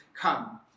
come